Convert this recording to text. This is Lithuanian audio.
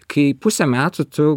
kai pusę metų tu